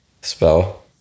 spell